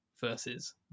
versus